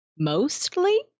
Mostly